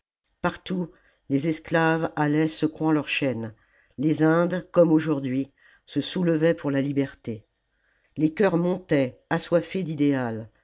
partout les esclaves allaient secouant leurs chaînes les indes comme aujourd'hui se soulevaient pour la liberté les cœurs montaient assoiffés d'idéal